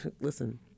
listen